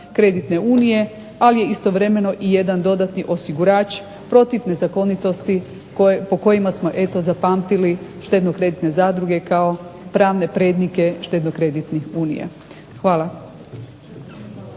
kreditne unije ali je istovremeno i jedan dodatni osigurač protiv nezakonitosti po kojima smo eto zapamtili štedno-kreditne zadruge kao pravne prednike štedno-kreditnih unija. Hvala.